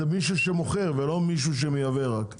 זה מי שמוכר ולא מי שמייבא רק.